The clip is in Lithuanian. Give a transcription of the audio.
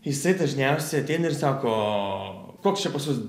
jisai dažniausiai ateina ir sako koks čia pas jus